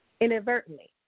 inadvertently